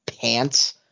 pants